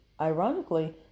ironically